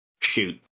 Shoot